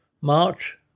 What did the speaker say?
March